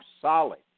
solid